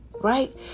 Right